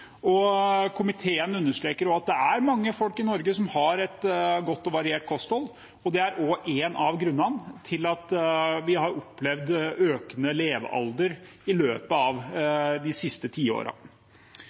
og komiteen understreker at det er mange folk i Norge som har et godt og variert kosthold. Det er også en av grunnene til at vi har opplevd økende levealder i løpet av